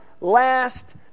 last